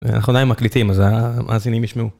אנחנו עדיין מקליטים אז המאזינים ישמעו.